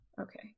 Okay